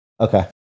Okay